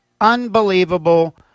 unbelievable